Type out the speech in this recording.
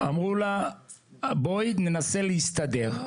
אמרו לה 'בואי ננסה להסתדר'.